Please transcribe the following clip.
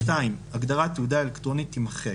(2) ההגדרה "תעודה אלקטרונית" תימחק.